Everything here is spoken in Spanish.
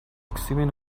exhiben